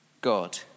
God